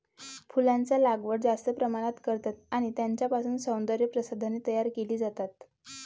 फुलांचा लागवड जास्त प्रमाणात करतात आणि त्यांच्यापासून सौंदर्य प्रसाधने तयार केली जातात